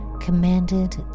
commanded